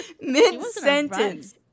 mid-sentence